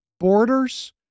Borders